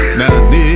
now